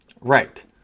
Right